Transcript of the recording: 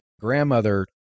grandmother